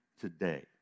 today